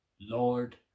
Lord